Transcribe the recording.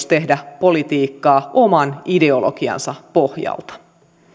tehdä politiikkaa oman ideologiansa pohjalta